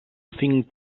think